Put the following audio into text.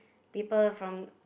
people from